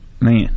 man